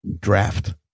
draft